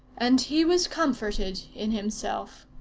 and he was comforted in himself.